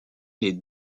les